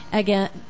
again